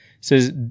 says